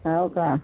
हो का